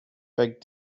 big